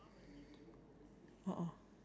then just couldn't you put your